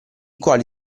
quali